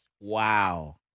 Wow